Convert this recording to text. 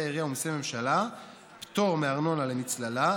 העירייה ומיסי הממשלה (פטור מארנונה למצללה),